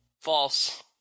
False